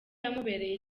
yamubereye